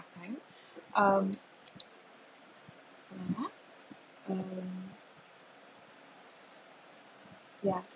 I think um mm um ya